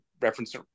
reference